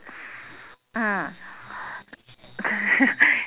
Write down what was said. mm